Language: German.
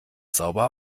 sauber